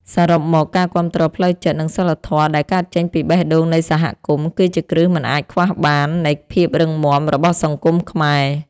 សរុបមក ការគាំទ្រផ្លូវចិត្ត និងសីលធម៌ដែលកើតចេញពីបេះដូងនៃសហគមន៍ គឺជាគ្រឹះមិនអាចខ្វះបាននៃភាពរឹងមាំរបស់សង្គមខ្មែរ។